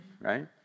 right